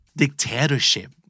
dictatorship